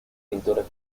pintores